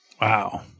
Wow